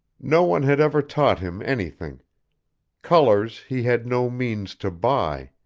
no one had ever taught him anything colors he had no means to buy